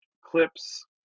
clips